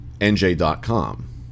NJ.com